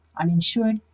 uninsured